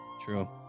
True